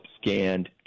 scanned